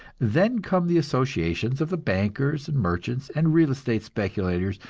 then come the associations of the bankers and merchants and real estate speculators,